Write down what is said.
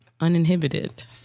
uninhibited